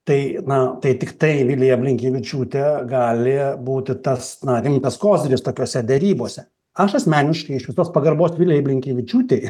tai na tai tiktai vilija blinkevičiūtė gali būti tas na rimtas koziris tokiose derybose aš asmeniškai iš visos pagarbos vilijai blinkevičiūtei